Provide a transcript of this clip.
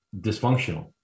dysfunctional